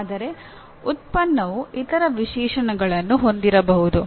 ಆದರೆ ಉತ್ಪನ್ನವು ಇತರ ವಿಶೇಷಣಗಳನ್ನು ಹೊಂದಿರಬಹುದು